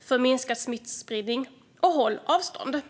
för minskad smittspridning dessutom helst umgås utomhus och hålla avstånd.